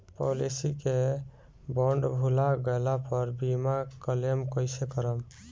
Policy के bond भुला गैला पर बीमा क्लेम कईसे करम?